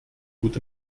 gut